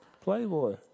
Playboy